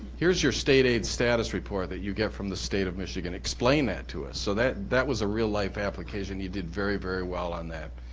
here's your state aid status report that you get from the state of michigan, explain that to us. so that that was a real life application. he did very, very well on that.